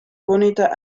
bonita